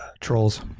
Trolls